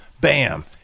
bam